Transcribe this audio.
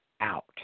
out